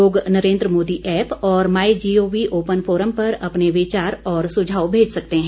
लोग नरेन्द्र मोदी ऐप और my G O V open forum पर अपने विचार और सुझाव भेज सकते हैं